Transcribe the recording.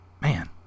Man